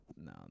No